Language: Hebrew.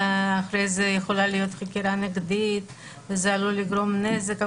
לאחר מכן יכולה להיות חקירה נגדית וזה עלול לגרום נזק.